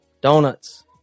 Donuts